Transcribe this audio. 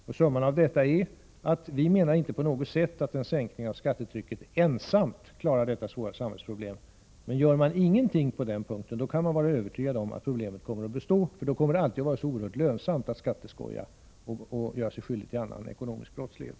Vår slutsats är inte på något sätt att en ändring av skattetrycket ensam klarar det svåra samhällsproblem som det här gäller, men gör man ingenting på denna punkt kan man vara övertygad om att problemet kommer att bestå. Då kommer det alltid att vara så oerhört lönsamt att skatteskoja och att göra sig skyldig till annan ekonomisk brottslighet.